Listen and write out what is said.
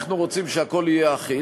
אנחנו רוצים שהכול יהיה אחיד.